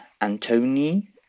Antony